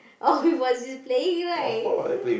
oh we was just playing right